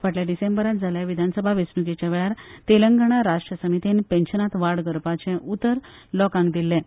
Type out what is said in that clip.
फाटल्या डिसेंबरांत जाल्ल्या विधानसभा वेंचणुकेच्या वेळार तेलंगण राष्ट्र समितीन पेन्शनांत वाड करपाचे उतर लोकांक दिल्लें